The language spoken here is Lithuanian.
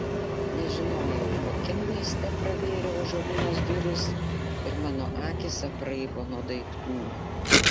nežinojau kokiam mieste pravėriau ąžuolines duris ir mano akys apraibo nuo daiktų